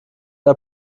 der